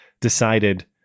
decided